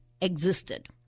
existed